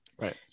right